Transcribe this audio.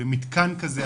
למתקן כזה,